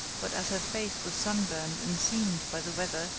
but as her face was sunburned and seamed by the weather,